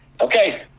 Okay